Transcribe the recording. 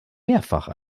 mehrfach